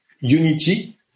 unity